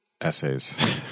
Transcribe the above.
essays